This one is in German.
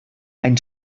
ein